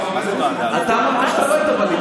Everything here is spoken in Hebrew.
אתה לא חבר ועדה --- אתה אמרת שאתה לא היית בליכוד.